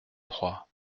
troyes